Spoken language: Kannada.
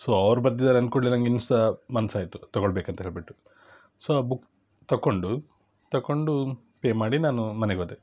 ಸೊ ಅವ್ರು ಬರ್ದಿದಾರೆ ಅಂದ ಕೂಡಲೇ ನಂಗೆ ಇನ್ನು ಸಹ ಮನ್ಸು ಆಯಿತು ತಗೊಳ್ಬೇಕು ಅಂತ ಹೇಳಿಬಿಟ್ಟು ಸೊ ಆ ಬುಕ್ ತಗೊಂಡು ತಗೊಂಡು ಪೆ ಮಾಡಿ ನಾನು ಮನೆಗೋದೆ